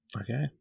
Okay